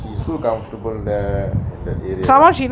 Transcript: she's too comfortable there and that area